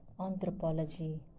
anthropology